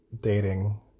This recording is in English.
dating